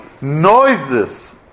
noises